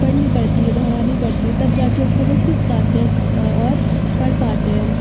पढ़नी पड़ती है दोहरानी पड़ती है तब जाके उसको वो सीख पाते हैं और पढ़ पाते हैं